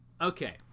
okay